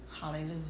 Hallelujah